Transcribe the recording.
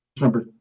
number